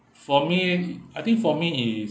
for me I think for me is